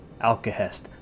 Alcahest